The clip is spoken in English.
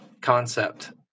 concept